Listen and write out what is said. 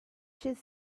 should